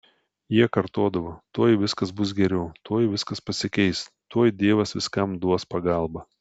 jie kartodavo tuoj viskas bus geriau tuoj viskas pasikeis tuoj dievas viskam duos pagalbą